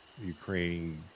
Ukraine